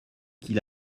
qu’il